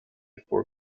for